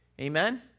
Amen